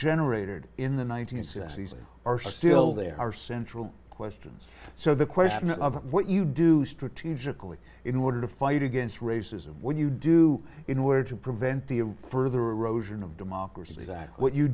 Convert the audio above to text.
generated in the one nine hundred sixty s are still there are central questions so the question of what you do strategically in order to fight against racism when you do in order to prevent the further erosion of democracy is that what you